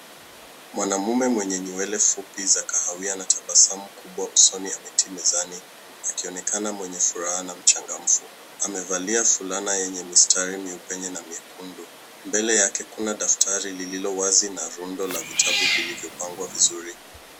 Mwanamume mwenye nywele fupi za kahawia anatabasamu kubwa ameketi mezani akionekana mwenye furaha na mchangamfu. Amevalia fulana yenye mistari mieupe na miekundu. Mbele yake kuna daftari lililowazi na rundo la vitabu vilivyopangwa vizuri.